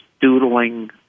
doodling